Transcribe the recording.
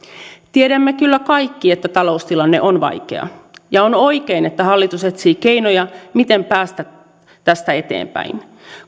tiedämme kyllä kaikki että taloustilanne on vaikea ja on oikein että hallitus etsii keinoja miten päästä tästä eteenpäin